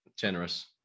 Generous